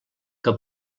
que